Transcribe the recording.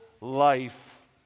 life